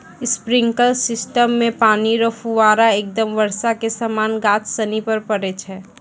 sprinkler system मे पानी रो फुहारा एकदम बर्षा के समान गाछ सनि पर पड़ै छै